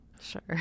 Sure